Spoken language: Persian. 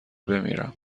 بمیرم